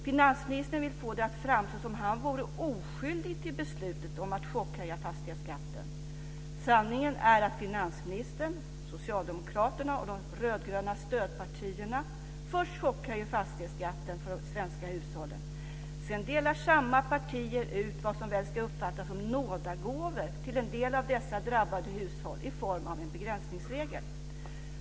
Finansministern vill få det att framstå som om han vore oskyldig till beslutet att chockhöja fastighetsskatten. Sanningen är att finansministern, Socialdemokraterna och de rödgröna stödpartierna först chockhöjer fastighetsskatten för de svenska hushållen, och sedan delar samma partier ut vad som väl ska uppfattas som nådagåvor till en del av dessa drabbade hushåll i form av en begränsningsregel.